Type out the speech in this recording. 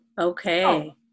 okay